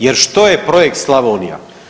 Jer što je projekt Slavonija?